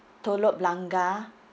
telok blangah